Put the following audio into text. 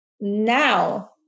Now